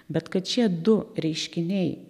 bet kad šie du reiškiniai